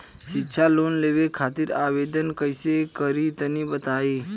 शिक्षा लोन लेवे खातिर आवेदन कइसे करि तनि बताई?